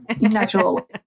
natural